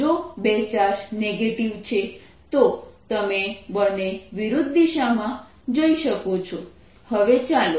જો બે charge negative છે તો તમે બળને વિરુદ્ધ દિશામાં જોઈ શકો છો